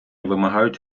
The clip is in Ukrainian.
вимагають